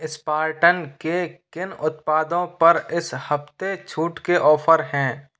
Spartan के किन उत्पादों पर इस हफ़्ते छूट के ऑफ़र हैं